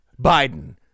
Biden